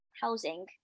housing